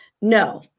no